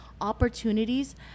opportunities